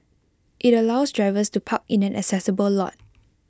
IT allows drivers to park in an accessible lot